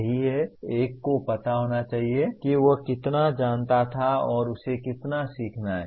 यही है एक को पता होना चाहिए कि वह कितना जानता था और उसे कितना सीखना है